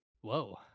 Whoa